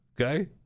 okay